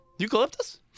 Eucalyptus